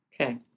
Okay